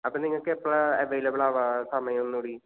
അപ്പം നിങ്ങൾക്ക് എപ്പോഴാണ് അവൈലബിൾ ആവുക സമയം ഒന്നുകൂടി